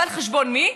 על חשבון מי?